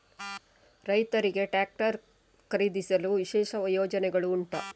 ರೈತರಿಗೆ ಟ್ರಾಕ್ಟರ್ ಖರೀದಿಸಲು ವಿಶೇಷ ಯೋಜನೆಗಳು ಉಂಟಾ?